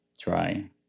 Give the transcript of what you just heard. try